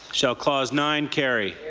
shall clause nine carry?